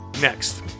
next